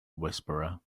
whisperer